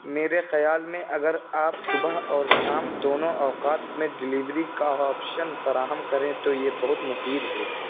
میرے خیال میں اگر آپ صبح اور شام دونوں اوقات میں ڈلیوری کا آپشن فراہم کریں تو یہ بہت مفید ہوگا